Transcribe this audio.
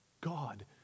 God